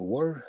War